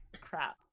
Crap